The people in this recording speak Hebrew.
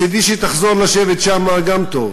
מצדי שתחזור לשבת שם, גם טוב,